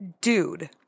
Dude